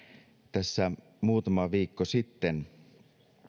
tässä muutama viikko sitten